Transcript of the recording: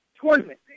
tournament